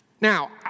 Now